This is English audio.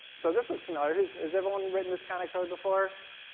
so this looks familiar. is is everyone written this kind of code before?